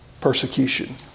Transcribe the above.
persecution